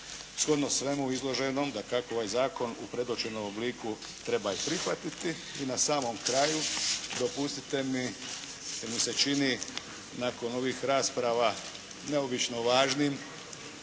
Shodno svemu izloženom dakako ovaj zakon u predočenom obliku treba i prihvatiti. I na samom kraju dopustite mi, jer mi se čini nakon ovih rasprava neobično važnim